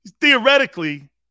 Theoretically